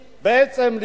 בעצם,